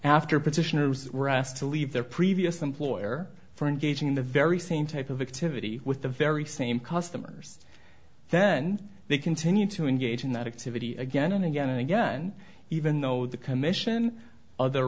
after petitioners were asked to leave their previous employer for engaging in the very same type of activity with the very same customers then they continued to engage in that activity again and again and again even though the commission other